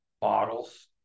bottles